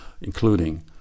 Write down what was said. including